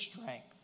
strength